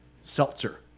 seltzer